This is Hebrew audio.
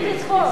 תפסיק לצחוק.